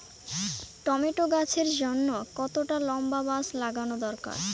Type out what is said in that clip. Tomato গাছের জন্যে কতটা লম্বা বাস লাগানো দরকার?